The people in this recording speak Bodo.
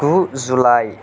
गु जुलाइ